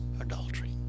adultery